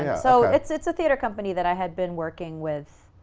and so it's it's a theatre company that i had been working with.